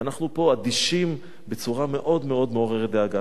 ואנחנו פה אדישים בצורה מאוד מאוד מעוררת דאגה.